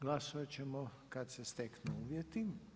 Glasovati ćemo kada se steknu uvjeti.